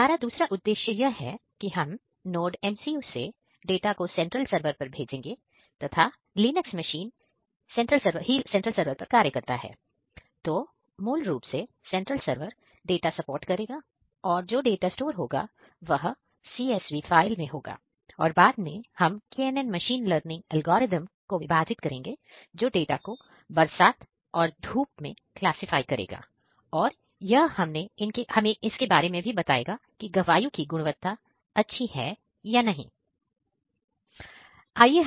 हमारा दूसरा उद्देश्य यह है कि हम NodeMCU से डाटा को सेंट्रल सर्वर पर भेजेंगे तथा लिनक्स मशीन को विभाजित करेंगे जो डाटा को बरसात और धूप में क्लासिफाई करेगा और यह हमने इसके बारे में भी बताएगा की वायु गुणवत्ता अच्छी है या नहीं